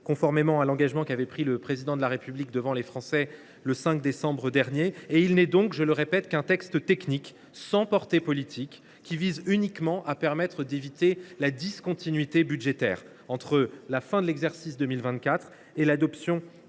conformément à l’engagement pris par le Président de la République devant les Français le 5 décembre dernier. Il n’est donc – je le répète – qu’un texte technique, sans portée politique, qui vise uniquement à éviter la discontinuité budgétaire entre la fin de l’exercice 2024 et l’adoption